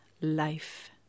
life